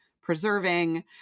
preserving